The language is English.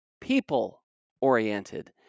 people-oriented